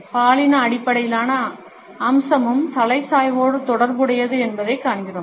பாலின அடிப்படையிலான அம்சமும் தலை சாய்வோடு தொடர்புடையது என்பதைக் காண்கிறோம்